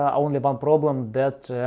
only one problem that